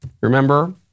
Remember